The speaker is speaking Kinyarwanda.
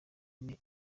ine